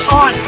on